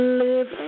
live